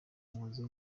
umuhoza